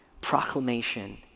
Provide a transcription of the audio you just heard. proclamation